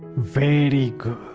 very good!